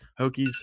hokies